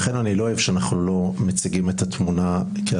ולכן אני לא אוהב שאנחנו לא מציגים את התמונה כהווייתה.